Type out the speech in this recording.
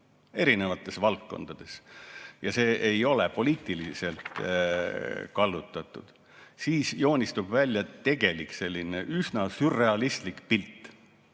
erinevates valdkondades – ja need ei ole poliitiliselt kallutatud –, siis joonistuks välja tegelik, üsna sürrealistlik pilt